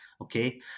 okay